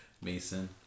Mason